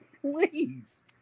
Please